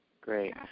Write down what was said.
Great